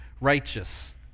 righteous